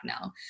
now